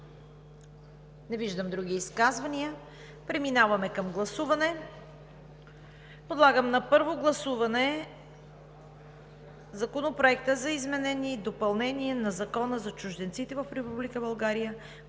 Не виждам. Преминаваме към гласуване. Подлагам на първо гласуване Законопроекта за изменение и допълнение на Закона за чужденците в Република България.